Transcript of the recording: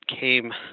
came